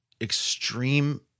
extreme